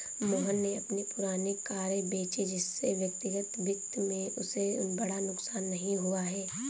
मोहन ने अपनी पुरानी कारें बेची जिससे व्यक्तिगत वित्त में उसे बड़ा नुकसान नहीं हुआ है